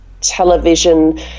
Television